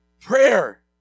Prayer